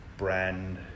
brand